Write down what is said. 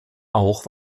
auch